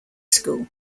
school